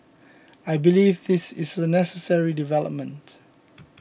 I believe this is a necessary development